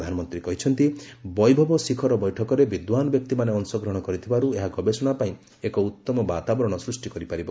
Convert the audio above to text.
ପ୍ରଧାନମନ୍ତ୍ରୀ କହିଛନ୍ତି ବୈଭବ ଶିଖର ବୈଠକରେ ବିଦ୍ୱାନ ବ୍ୟକ୍ତିମାନେ ଅଂଶଗ୍ରହଣ କରିଥିବାରୁ ଏହା ଗବେଷଣା ପାଇଁ ଏକ ଉତ୍ତମ ବାତାବରଣ ସୃଷ୍ଟି କରିପାରିବ